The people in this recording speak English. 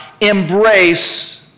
embrace